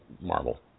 marble